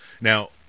Now